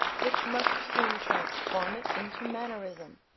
which must soon transform it into mannerism.